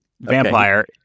vampire